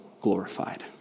glorified